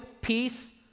peace